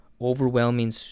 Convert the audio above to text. overwhelming